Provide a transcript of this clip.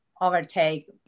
overtake